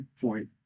point